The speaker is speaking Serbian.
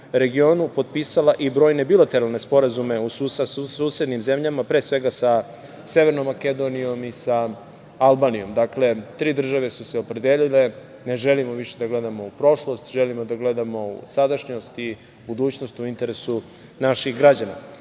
regionu potpisala i brojne bilateralne sporazume sa susednim zemljama, pre svega sa Severnom Makedonijom i sa Albanijom. Dakle, tri države su se opredelile. Ne želimo više da gledamo u prošlost, želimo da gledamo u sadašnjost i u budućnost, u interesu naših građana. Dakle,